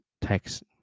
text